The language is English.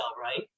right